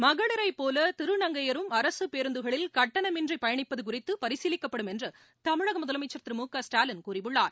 மகளிரைபோலதிருநங்கையரும் பேருந்துகளில் அரசுப் கட்டணமின்றிபயணிப்பதுகுறித்துபரிசீலிக்கப்படும் என்றுதமிழகமுதலமைச்சர் திரு மு க ஸ்டாலின் கூறியுள்ளார்